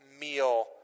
meal